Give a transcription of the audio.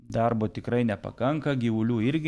darbo tikrai nepakanka gyvulių irgi